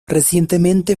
recientemente